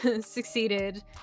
succeeded